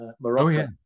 Morocco